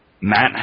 Matt